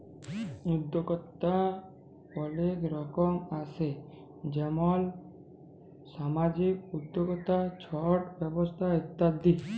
উদ্যক্তা অলেক রকম আসে যেমল সামাজিক উদ্যক্তা, ছট ব্যবসা ইত্যাদি